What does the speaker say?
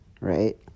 Right